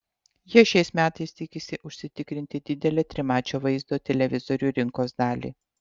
jie šiais metais tikisi užsitikrinti didelę trimačio vaizdo televizorių rinkos dalį